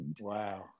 Wow